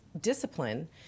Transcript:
discipline